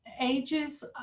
Ages